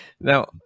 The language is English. Now